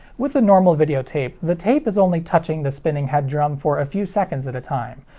with a normal video tape, the tape is only touching the spinning head drum for a few seconds at a time.